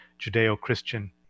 Judeo-Christian